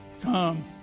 Come